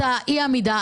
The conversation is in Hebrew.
את אי-העמידה.